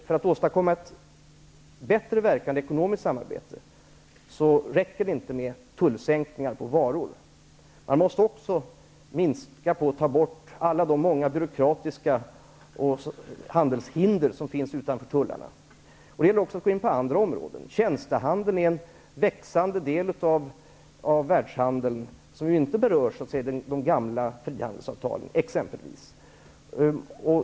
För att åstadkomma ett bättre verkande ekonomiskt samarbete räcker det inte med tullsänkningar på varor. Man måste också ta bort alla de många byråkratiska handelshinder som finns utanför tullarna. Här gäller det också att gå in på andra områden. Tjänstehandeln är en växande del av världshandeln, som inte berörs av de gamla frihandelsavtalen.